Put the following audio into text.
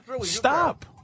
Stop